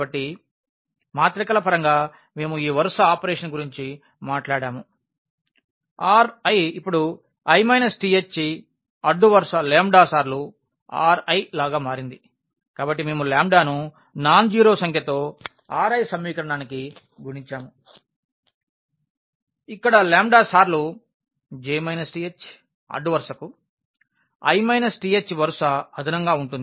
కాబట్టి మాత్రికల పరంగా మేము ఈ వరుస ఆపరేషన్ గురించిగురించి మాట్లాడాము Ri ఇప్పుడు i th అడ్డు వరుస లాంబ్డా సార్లు Ri లాగా మారింది కాబట్టి మేము లాంబ్డాను నాన్ జీరోసంఖ్య తో Ri సమీకరణానికి గుణించాము ఇక్కడ లాంబ్డా సార్లు j th అడ్డువరుసకు i th వరుస అదనంగా ఉంటుంది